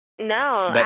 No